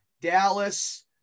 Dallas